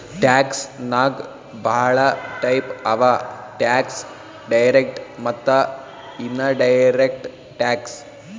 tax ನಾಗ್ ಭಾಳ type ಅವಾ ಟ್ಯಾಕ್ಸ್ ಡೈರೆಕ್ಟ್ ಮತ್ತ ಇನಡೈರೆಕ್ಟ್ ಟ್ಯಾಕ್ಸ್